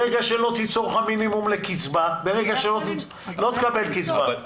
ברגע שלא תיצור לך מינימום לקצבה לא תקבל קצבה.